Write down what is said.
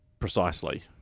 precisely